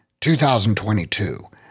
2022